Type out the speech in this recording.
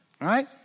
right